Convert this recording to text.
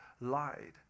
lied